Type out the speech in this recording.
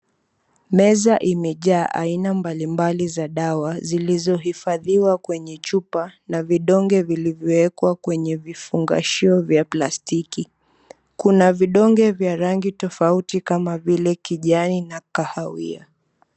Meza imejaa aina mbalimbali za dawa zilizohifadhiwa kwenye chupa na vidonge vilivyowekwa kwenye vifungashio vya plastiki, kuna vidonge vya rangi tofauti kama vile kijani na kahawia.